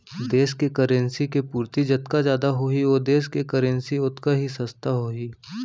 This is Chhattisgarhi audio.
देस के करेंसी के पूरति जतका जादा होही ओ देस के करेंसी ओतका ही सस्ता होही